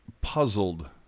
puzzled